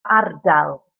ardal